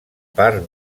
part